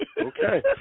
Okay